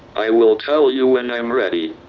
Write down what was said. i will tell you when i'm ready.